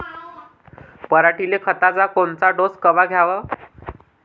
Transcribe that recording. पऱ्हाटीले खताचा कोनचा डोस कवा द्याव?